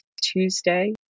tuesday